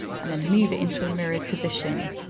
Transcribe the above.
and then move it into a mirrored position,